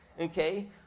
okay